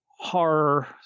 horror